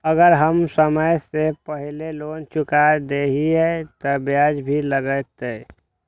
अगर हम समय से पहले लोन चुका देलीय ते ब्याज भी लगते?